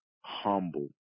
humble